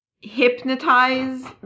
hypnotize